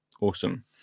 Awesome